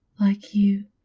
like you.